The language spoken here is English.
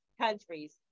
countries